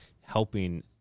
helping